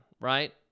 right